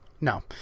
no